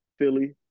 Philly